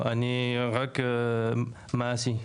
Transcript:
אני רק מעשי.